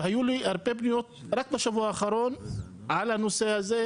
והיו לי הרבה פניות רק בשבוע האחרון על הנושא הזה,